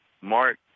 Mark